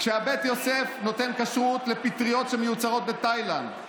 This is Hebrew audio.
כשבית יוסף נותן כשרות לפטריות שמיוצרות בתאילנד,